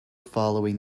following